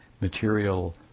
material